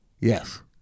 Yes